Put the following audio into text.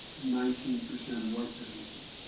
and nineteen percent of white businesses.